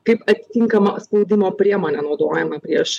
kaip aptinkama spaudimo priemonė naudojama prieš